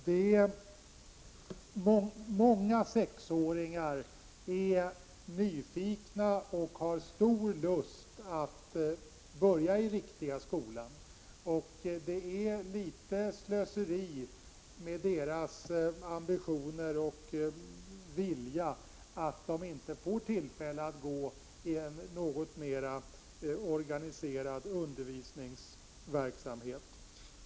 Många sexåringar är nyfikna och har stor lust att börja i ”riktiga skolan”. Det är något av slöseri med deras ambitioner och vilja att de inte får tillfälle att gå i en något mera organiserad undervisning.